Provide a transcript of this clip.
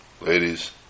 ladies